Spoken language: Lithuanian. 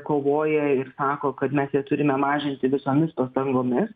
kovoja ir sako kad mes ją turime mažinti visomis pastangomis